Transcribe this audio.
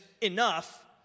enough